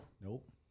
Nope